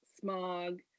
smog